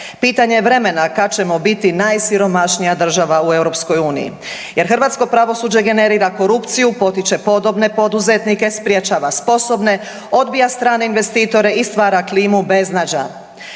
Pitanje je vremena kad ćemo biti najsiromašnija država u EU jer hrvatsko pravosuđe generira korupciju, potiče podobne poduzetnike, sprječava sposobne, odbija strane investitore i stvara klimu beznađa.